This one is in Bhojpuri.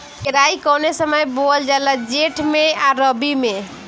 केराई कौने समय बोअल जाला जेठ मैं आ रबी में?